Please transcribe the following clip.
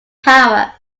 power